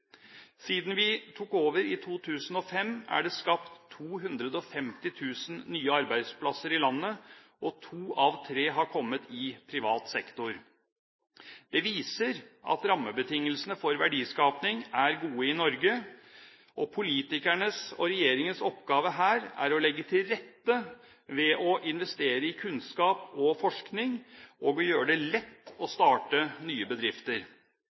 Siden vi tok over i 2005, er det skapt 250 000 nye arbeidsplasser i landet, og to av tre har kommet i privat sektor. Det viser at rammebetingelsene for verdiskaping er gode i Norge, og politikernes og regjeringens oppgave her er å legge til rette ved å investere i kunnskap og forskning og å gjøre det lett å starte nye bedrifter.